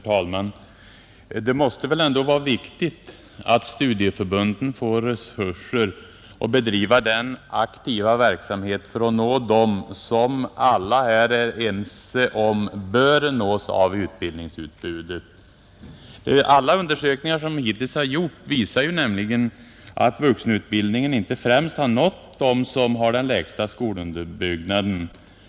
Herr talman! Det måste väl ändå vara riktigt att studieförbunden får resurser att bedriva aktiv verksamhet för att nå dem som alla är ense om bör nås av utbildningsutbudet. Alla undersökningar som hittills har gjorts visar nämligen att vuxenutbildningen inte främst nått dem som har den lägsta skolunderbyggnaden.